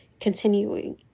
continuing